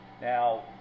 Now